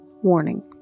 Warning